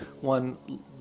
one